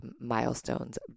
milestones